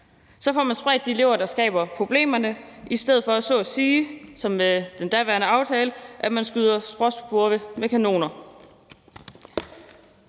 Så får man spredt de elever, der skaber problemerne, i stedet for at man som med den daværende aftale så at sige skyder gråspurve med kanoner.